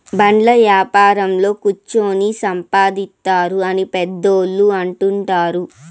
బాండ్ల యాపారంలో కుచ్చోని సంపాదిత్తారు అని పెద్దోళ్ళు అంటుంటారు